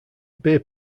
beer